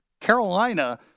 carolina